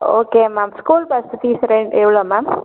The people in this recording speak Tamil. okay ma'am school bus fees rate எவ்வளோ மேம்